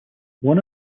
one